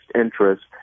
interest